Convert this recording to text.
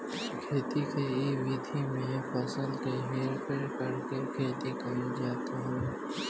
खेती के इ विधि में फसल के हेर फेर करके खेती कईल जात हवे